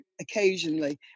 occasionally